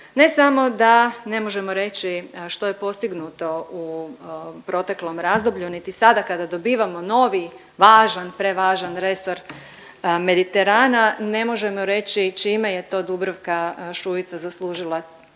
Ne samo da ne možemo reći što je postignuto u proteklom razdoblju, niti sada kada dobivamo novi važan, prevažan resor Mediterana, ne možemo reći čime je to Dubravka Šuica zaslužila taj